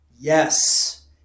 Yes